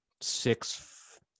six –